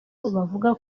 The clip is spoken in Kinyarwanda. avuga